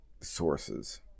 sources